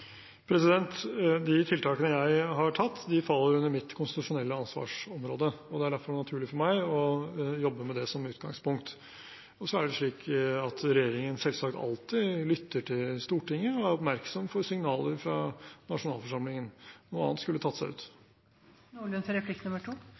De tiltakene jeg har gjort, faller under mitt konstitusjonelle ansvarsområde. Det er derfor naturlig for meg å jobbe med det som utgangspunkt. Så er det slik at regjeringen selvsagt alltid lytter til Stortinget og er oppmerksom på signaler fra nasjonalforsamlingen. Noe annet skulle tatt seg ut. Det var enda godt at statsråden nevnte at det skulle tatt seg ut